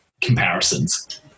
comparisons